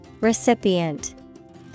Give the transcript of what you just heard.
Recipient